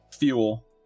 fuel